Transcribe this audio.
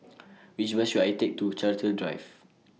Which Bus should I Take to Chartwell Drive